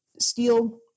steel